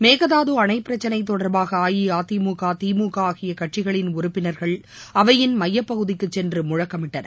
மேகதாது அணைப்பிரச்சினை தொடர்பாக அஇஅதிமுக திமுக ஆகிய கட்சிகளின் உறுப்பினர்கள் அவையின் மையப் பகுதிக்கு சென்று முழக்கமிட்டனர்